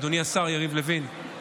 אדוני השר יריב לוין,